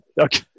Okay